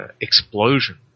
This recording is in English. explosion